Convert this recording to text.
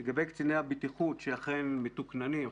לגבי קציני הבטיחות שאכן מתוקננים,